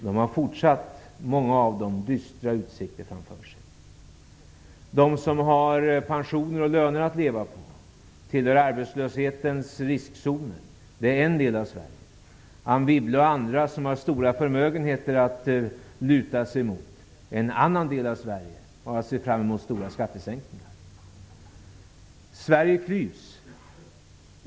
Många av dessa småföretag har dystra utsikter framför sig. De som lever av löner eller pensioner eller tillhör arbetslöshetens riskzoner är en del av Sverige. Anne Wibble och andra som har stora förmögenheter att luta sig emot är en annan del som kan se fram emot stora skattesänkningar. Sverige klyvs.